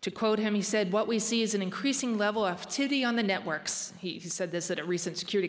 to quote him he said what we see is an increasing level f to the on the networks he said this at a recent security